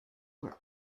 were